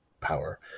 power